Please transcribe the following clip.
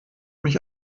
mich